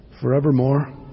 forevermore